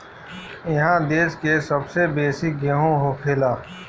इहा देश के सबसे बेसी गेहूं होखेला